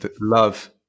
love